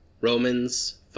Romans